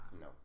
no